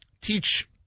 teach